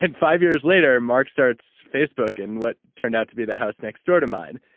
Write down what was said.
and five years later, mark starts facebook in what turned out to be the house next door to mine.